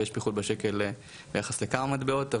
ויש פיחות בשקל ביחס לכמה מטבעות,